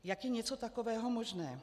Jak je něco takového možné?